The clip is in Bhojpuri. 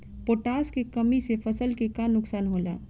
पोटाश के कमी से फसल के का नुकसान होला?